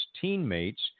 teammates